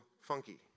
funky